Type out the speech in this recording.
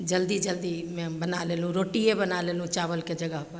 जल्दी जल्दीमे हम बना लेलहुँ रोटिए बना लेलहुँ चावलके जगहपर